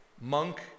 monk